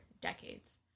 decades